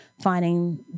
finding